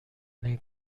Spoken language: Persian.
این